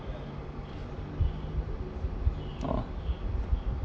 oh